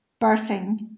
birthing